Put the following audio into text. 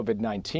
COVID-19